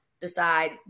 decide